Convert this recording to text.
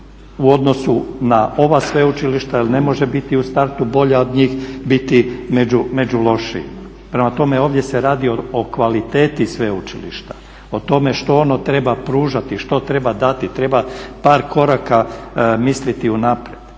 u odnosu na ova sveučilišta, jer ne može biti u startu bolja od njih biti među lošijima. Prema tome, ovdje se radi o kvaliteti sveučilišta, o tome što ono treba pružati, što treba dati. Treba par koraka misliti unaprijed